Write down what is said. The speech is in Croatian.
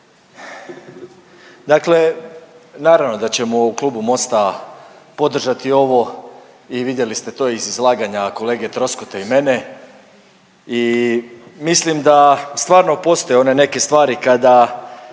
Dakle, naravno da ćemo u Klubu MOST-a podržati ovo i vidjeli ste to iz izlaganja kolege Troskota i mene i mislim da stvarno postoje one neke stvari kada